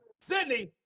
Sydney